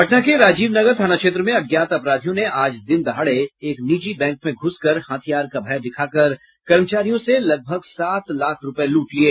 पटना के राजीव नगर थाना क्षेत्र में अज्ञात अपराधियों ने आज दिन दहाड़े एक निजी बैंक में घ्रसकर हथियार का भय दिखाकर कर्मचारियों से लगभग सात लाख रुपये लूट लिये